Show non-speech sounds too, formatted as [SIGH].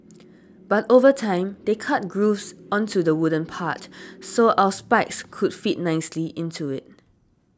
[NOISE] but over time they cut grooves onto the wooden part so our spikes could fit nicely into it